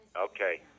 Okay